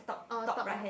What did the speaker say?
orh top ah